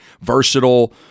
versatile